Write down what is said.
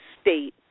state